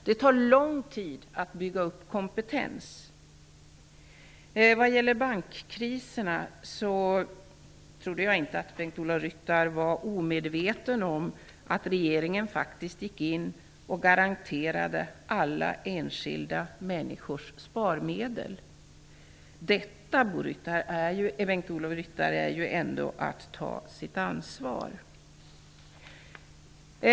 Det tar lång tid att bygga upp kompetens. Vad gäller bankkriserna trodde jag inte att Bengt Ola Ryttar var omedveten om att regeringen faktiskt går in och garanterar alla enskilda människors sparmedel. Detta, Bengt-Ola Ryttar, är ändå att ta sitt ansvar.